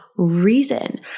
reason